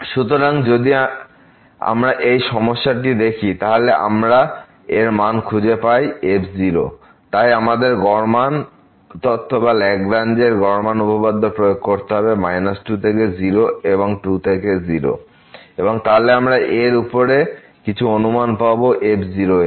সুতরাং যদি আমরা এই সমস্যাটি দেখি এবং আমরাএর মান খুঁজে পেতে চাই f তাই আমাদের গড় মান তত্ত্ব বা লাগরাঞ্জ গড় মান উপপাদ্য প্রয়োগ করতে হবে 2 থেকে 0 এবং 2 থেকে 0 এবং তাহলে আমরা এই উপর কিছু অনুমান পাব f এর